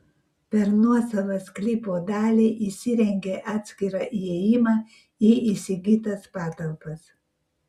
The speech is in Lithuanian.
per nuosavą sklypo dalį įsirengė atskirą įėjimą į įsigytas patalpas